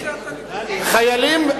אתה אל תדבר על חיילים.